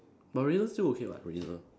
Marina still okay [what] Marina